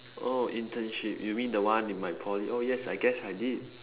oh internship you mean the one in my poly oh yes I guess I did